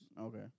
Okay